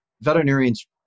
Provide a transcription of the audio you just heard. veterinarians